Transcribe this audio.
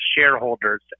shareholders